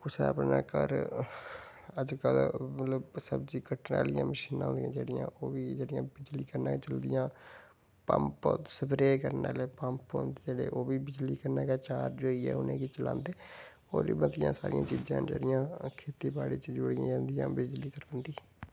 कुसै अपने घर अज्जकल मतलब सब्जी कट्टने आह्लियां मशीनां बी जेह्ड़ियां ओह् बी बिजली कन्नै गै चलदियां पम्प स्प्रे करने आह्ले पम्प होंदे जेह्ड़े ओह् बी बिजली कन्नै चार्ज होइयै उ'नेंगी चलांदे होर बी बड़ियां सारियां चीजां न जेह्ड़ियां बिजली ज यूज कीतियां जंदियां बिजली कन्नै चलदियां